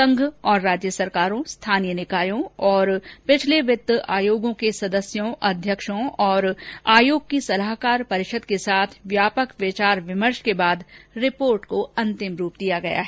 संघ और राज्य सरकारों स्थानीय निकायों और पिछले वित्त आयोगों के सदस्यों और अध्यक्षों और आयोग की सलाहकार परिषद के साथ व्यापक विचार विमर्श के बाद रिपोर्ट को अंतिम रूप दिया गया है